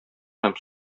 һәм